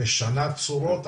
משנה צורות,